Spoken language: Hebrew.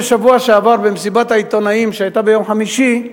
שבשבוע שעבר, במסיבת העיתונאים שהיתה ביום חמישי,